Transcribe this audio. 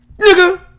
Nigga